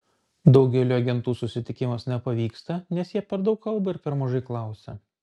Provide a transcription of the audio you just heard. daugeliui agentų susitikimas nepavyksta nes jie per daug kalba ir per mažai klausia